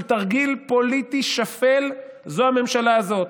תרגיל פוליטי שפל זה הממשלה הזאת.